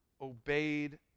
obeyed